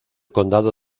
condado